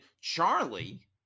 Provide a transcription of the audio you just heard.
Charlie